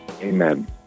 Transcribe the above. Amen